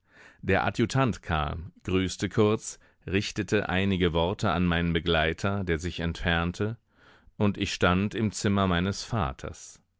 der adjutant kam grüßte kurz richtete einige worte an meinen begleiter der sich entfernte und ich stand im zimmer meines vaters